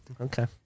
Okay